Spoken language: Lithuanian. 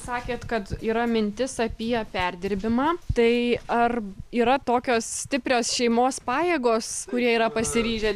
sakėt kad yra mintis apie perdirbimą tai ar yra tokios stiprios šeimos pajėgos kurie yra pasiryžę